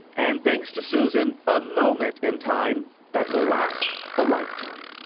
and thanks to susan, a moment in time that will last a lifetime.